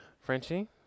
Frenchie